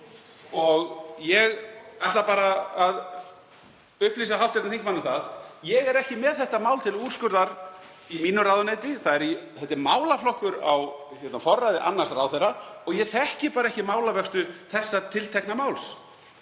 Ég ætla bara að upplýsa hv. þingmann um það að ég er ekki með þetta mál til úrskurðar í mínu ráðuneyti. Þetta er málaflokkur á forræði annars ráðherra og ég þekki bara ekki málavöxtu þessa tiltekna máls.